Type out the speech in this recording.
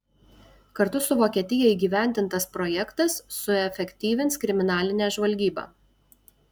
kartu su vokietija įgyvendintas projektas suefektyvins kriminalinę žvalgybą